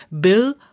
Bill